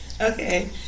Okay